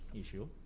issue